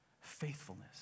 Faithfulness